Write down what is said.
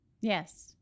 Yes